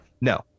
no